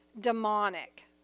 demonic